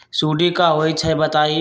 सुडी क होई छई बताई?